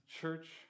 church